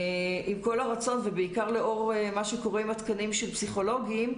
עם כל הרצון ובעיקר לאור מה שקורה עם התקנים של פסיכולוגים,